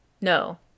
No